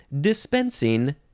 dispensing